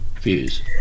views